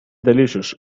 delicious